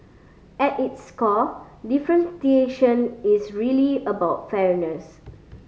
at is core differentiation is really about fairness